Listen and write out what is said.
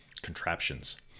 contraptions